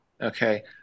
Okay